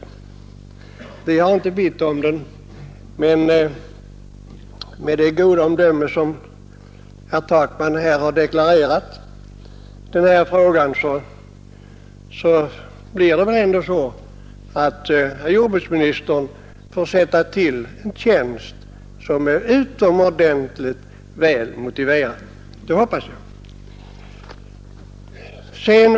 För vår del har vi inte bett om den, men med det goda omdöme som herr Takman här har deklarerat i denna fråga blir det väl ändå så att herr jordbruksministern får tillsätta en tjänst som är utomordentligt väl motiverad — det hoppas jag.